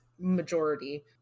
majority